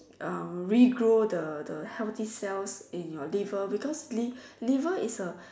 uh regrow the the healthy cells in your liver because liv~ liver is a